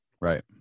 Right